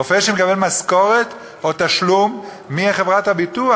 רופא שמקבל משכורת או תשלום מחברת הביטוח,